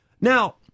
now